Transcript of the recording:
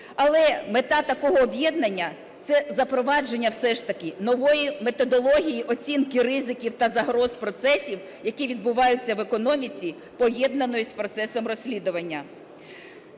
Але мета такого об'єднання – це запровадження все ж таки нової методології оцінки ризиків та загроз процесів, які відбуваються в економіці, поєднано із процесом розслідування.